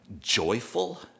joyful